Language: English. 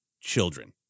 children